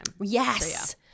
Yes